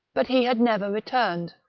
but he had never returned.